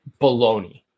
Baloney